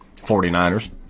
49ers